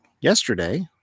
yesterday